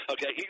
Okay